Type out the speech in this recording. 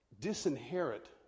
disinherit